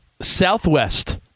Southwest